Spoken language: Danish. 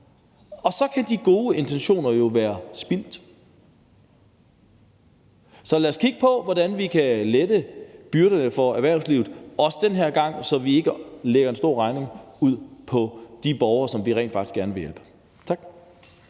og så kan de gode intentioner jo være spildt. Så lad os kigge på, hvordan vi kan lette byrderne for erhvervslivet, også den her gang, så vi ikke lægger en stor regning ud på de borgere, som vi rent faktisk gerne vil hjælpe. Tak.